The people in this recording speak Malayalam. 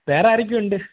വേറെ ആരൊക്കെയുണ്ട്